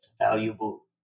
valuable